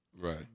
right